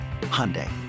Hyundai